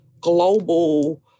global